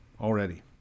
already